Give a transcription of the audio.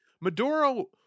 Maduro